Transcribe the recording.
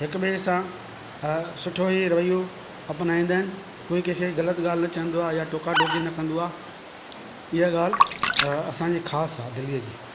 हिक ॿिए सां सुठो ई रवइयो अपनाईंदा आहिनि कोई कंहिंखे ग़लति ॻाल्हि चवंदो या टोका टोकी न कंदो आहे इहा ॻाल्हि असांजे ख़ासि आहे दिल्लीअ जी